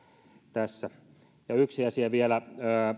tässä yksi asia vielä